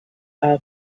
are